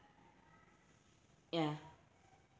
ya